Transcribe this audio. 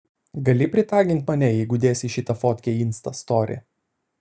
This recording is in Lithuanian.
gali pritagint mane jeigu dėsi šitą fotkę į insta story